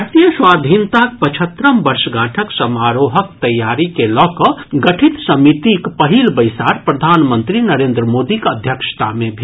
भारतीय स्वाधीनताक पचहत्तरम वर्षगांठक समारोहक तैयारी के लऽ कऽ गठित समितिक पहिल बैसार प्रधानमंत्री नरेन्द्र मोदीक अध्यक्षता मे भेल